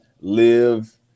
live